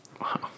Wow